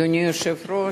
אדוני היושב-ראש,